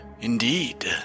Indeed